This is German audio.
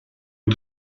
den